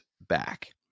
back